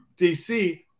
DC